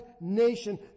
nation